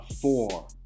four